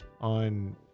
on